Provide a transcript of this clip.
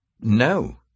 No